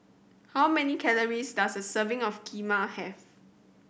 how many calories does a serving of Kheema have